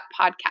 podcast